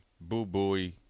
Boo-booey